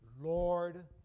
Lord